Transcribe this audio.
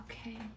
okay